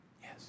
yes